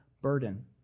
burden